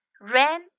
Ran